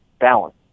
balance